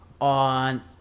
on